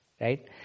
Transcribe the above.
Right